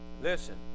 Listen